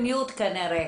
בבקשה.